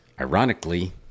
ironically